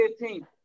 15